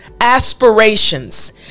aspirations